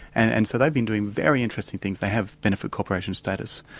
and and so they've been doing very interesting things. they have benefit corporation status,